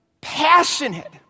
passionate